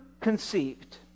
conceived